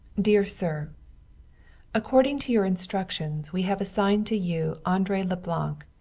dear sir according to your instructions, we have assigned to you andre leblanc,